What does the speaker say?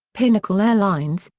pinnacle airlines,